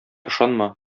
ышанма